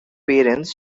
parents